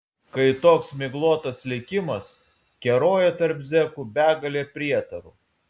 kai toks miglotas likimas keroja tarp zekų begalė prietarų